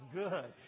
good